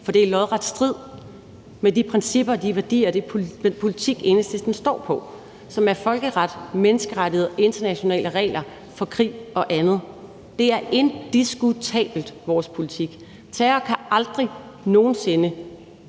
for det er i lodret strid med de principper, de værdier og den politik, som Enhedslisten står på, og som er folkeret, menneskerettigheder og internationale regler for krig og andet. Det er indiskutabelt vores politik. Terror kan aldrig nogen sinde